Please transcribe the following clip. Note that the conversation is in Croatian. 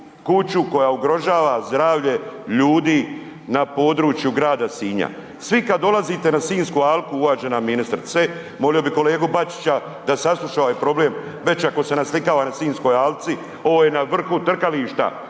kuću koja ugrožava zdravlje ljudi na području grada Sinja. Svi kad dolazite na sinjsku alku, uvažena ministrice, molio bi kolegu Bačića da sasluša ovaj problem već ako se naslikava na sinjskoj alci, ovo je na vrhu trkališta,